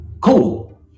Cool